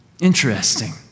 Interesting